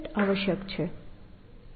જો તે સંપૂર્ણ છે તો તે આ સ્ટેટને સાબિત કરશે